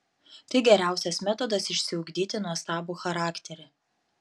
tai geriausias metodas išsiugdyti nuostabų charakterį